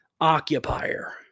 occupier